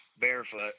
Barefoot